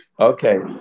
Okay